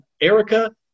Erica